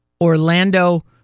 Orlando